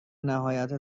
نهایت